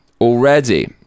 already